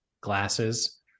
glasses